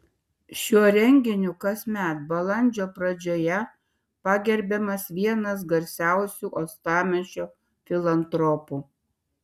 šiuo renginiu kasmet balandžio pradžioje pagerbiamas vienas garsiausių uostamiesčio filantropų